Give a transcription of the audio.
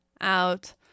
out